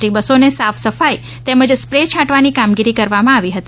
T બસોને સાફ સફાઇ તેમજ સ્પ્રે છાંટવાની કામગીરી કરવામાં આવી હતી